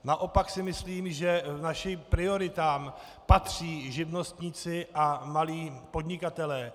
Naopak si myslím, že k našim prioritám patří živnostníci a malí podnikatelé.